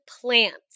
plants